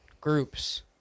groups